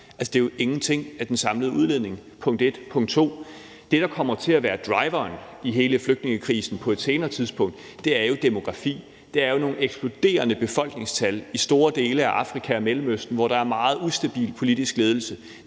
Det er jo ingenting ud af den samlede udledning – det var punkt 1. Punkt 2 er, at det, der kommer til at være driveren i forhold til hele flygtningekrisen på et senere tidspunkt, er demografien; der er jo nogle eksploderende befolkningstal i store dele af Afrika og Mellemøsten, hvor der er en meget ustabil politisk ledelse.